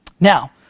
Now